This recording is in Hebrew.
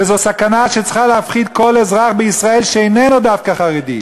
וזו סכנה שצריכה להפחיד כל אזרח בישראל שאיננו דווקא חרדי,